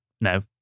No